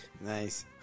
Nice